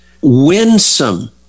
winsome